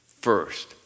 first